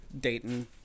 dayton